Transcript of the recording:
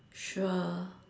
sure